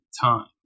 time